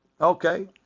okay